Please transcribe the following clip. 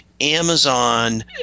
Amazon